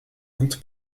und